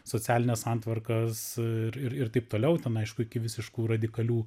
socialines santvarkas ir ir ir taip toliau ten aišku iki visiškų radikalių